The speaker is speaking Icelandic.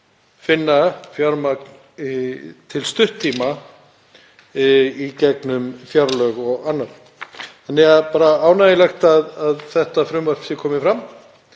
finna fjármagn í til stutts tíma í gegnum fjárlög og annað. Það er ánægjulegt að þetta frumvarp sé komið fram